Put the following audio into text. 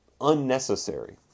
unnecessary